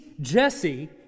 Jesse